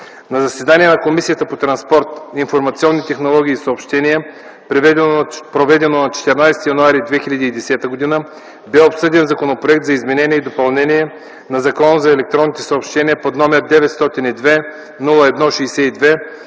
На заседание на Комисията по транспорт, информационни технологии и съобщения, проведено на 14 януари 2010 г., бе обсъден Законопроект за изменение и допълнение на Закона за електронните съобщения, № 902-01-62,